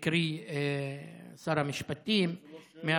שהקריא שר המשפטים, זו לא שאלה, זה נאום.